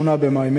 8 במאי,